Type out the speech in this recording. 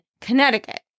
Connecticut